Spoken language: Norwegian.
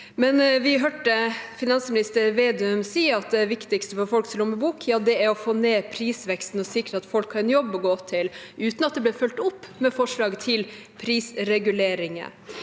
finansminister Vedum si at det viktigste for folks lommebok, ja, det er å få ned prisveksten og sikre at folk har en jobb å gå til – uten at det ble fulgt opp med forslag til prisreguleringer.